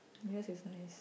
yours is nice